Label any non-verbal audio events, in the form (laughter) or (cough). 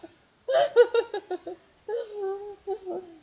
(laughs)